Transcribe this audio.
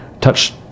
touch